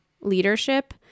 leadership